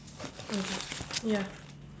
okay ya